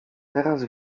teraz